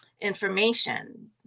information